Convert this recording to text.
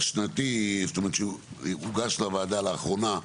היטל הטמנה,